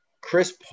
Chris